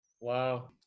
Wow